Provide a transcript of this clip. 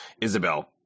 Isabel